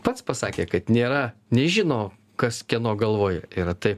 pats pasakė kad nėra nežino kas kieno galvoj yra tai